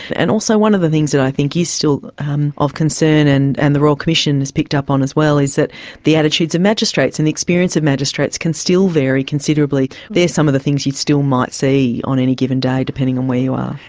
and also one of the things that i think is still um of concern, and and the royal commission has picked up on as well, is that the attitudes of magistrates and the experience of magistrates can still vary considerably. they are some of the things you still might see on any given day, depending on where you are.